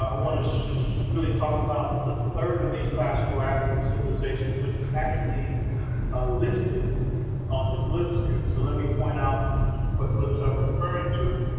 want to really talk about the third of these classical african civilizations, which is actually listed on the glyphs here. so let me point out what glyphs i'm referring to.